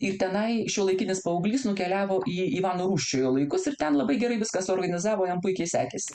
ir tenai šiuolaikinis paauglys nukeliavo į ivano rūsčiojo laikus ir ten labai gerai viską suorganizavo jam puikiai sekėsi